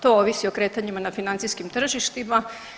To ovisi o kretanjima na financijskim tržištima.